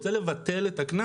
הוא רוצה לבטל את הקנס,